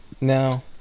No